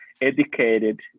educated